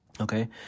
Okay